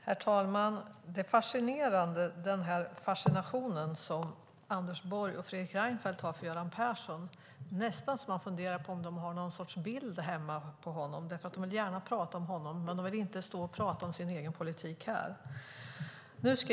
Herr talman! Det är fascinerande med den fascination som Anders Borg och Fredrik Reinfeldt har för Göran Persson. Man funderar nästan om de har någon bild på honom hemma eftersom de gärna vill prata om honom. Men de vill inte stå här och prata om sin egen politik.